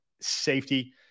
safety